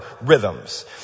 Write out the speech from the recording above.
rhythms